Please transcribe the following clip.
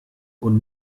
und